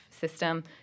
system